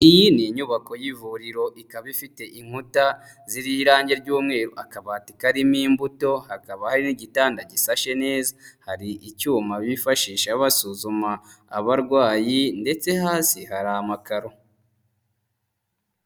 Iyi ni inyubako y'ivuriro ikaba ifite inkuta ziriho irange ry'umweru, akabati karimo imbuto hakaba hari n'igitanda gishashe neza, hari icyuma bifashisha basuzuma abarwayi ndetse hasi hari amakaro.